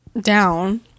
down